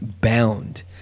bound